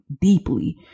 deeply